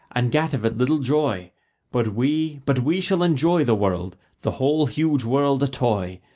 and gat of it little joy but we, but we shall enjoy the world, the whole huge world a toy.